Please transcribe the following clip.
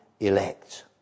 elect